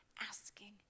asking